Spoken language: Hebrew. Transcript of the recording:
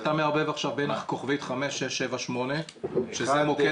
אתה מערבב עכשיו בין 5678* שזה מוקד